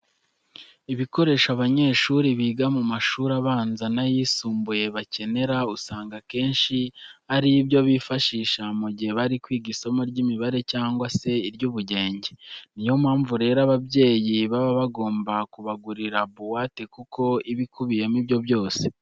Ibikoresho abanyeshuri biga mu mashuri abanza n'ayisumbuye bakenera, usanga akenshi ari ibyo bifashisha mu gihe bari kwiga isomo ry'imibare cyangwa se iry'ubugenge. Ni yo mpamvu rero ababyeyi baba bagomba kubagurira buwate kuko iba ikubiyemo ibyo byose.